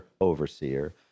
overseer